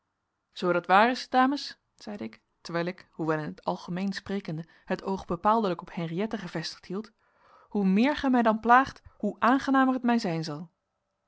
zoo dat waar is dames zeide ik terwijl ik hoewel in t algemeen sprekende het oog bepaaldelijk op henriëtte gevestigd hield hoe meer gij mij dan plaagt hoe aangenamer het mij zijn zal